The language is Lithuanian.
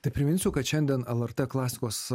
tai priminsiu kad šiandien lrt klasikos